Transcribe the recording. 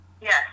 Yes